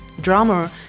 drummer